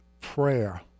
prayer